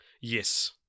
Yes